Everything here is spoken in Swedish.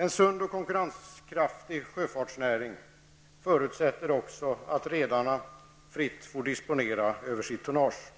En sund och konkurrenskraftig i sjöfartsnäring förutsätter också att redarna fritt får disponera över sitt tonnage.